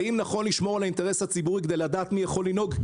האם נכון לשמור על האינטרס הציבורי כדי לדעת מי יכול לנהוג?